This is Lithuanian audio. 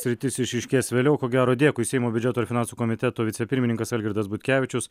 sritis išryškės vėliau ko gero dėkui seimo biudžeto ir finansų komiteto vicepirmininkas algirdas butkevičius